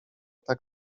tak